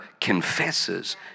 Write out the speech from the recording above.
confesses